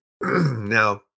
now